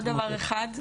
עוד דבר אחד,